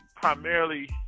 primarily